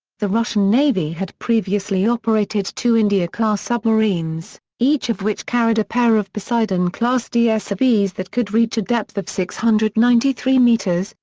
the russian navy had previously operated two india-class submarines, each of which carried a pair of poseidon class dsrvs that could reach a depth of six hundred and ninety three metres,